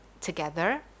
together